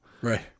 right